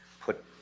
put